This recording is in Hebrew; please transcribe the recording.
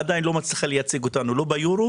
עדיין לא מצליחה לייצג אותנו לא ביורו